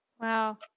Wow